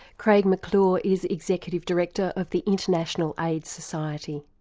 craig mcclure is executive director of the international aids society.